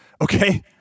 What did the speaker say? Okay